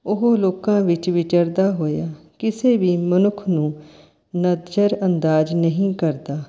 ਉਹ ਲੋਕਾਂ ਵਿੱਚ ਵਿਚਰਦਾ ਹੋਇਆ ਕਿਸੇ ਵੀ ਮਨੁੱਖ ਨੂੰ ਨਜ਼ਰ ਅੰਦਾਜ਼ ਨਹੀਂ ਕਰਦਾ